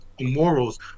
morals